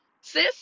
sis